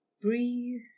Breathe